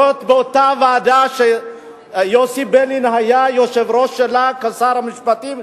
באותה ועדה שיוסי ביילין היה יושב-ראש שלה כשר המשפטים,